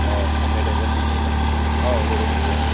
औ दे दे दोनथनसै होनब्ला औ दे दोनथनसै दे